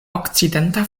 okcidenta